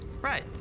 Right